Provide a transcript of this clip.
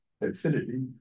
Affinity